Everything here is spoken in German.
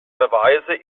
verweise